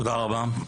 תודה רבה.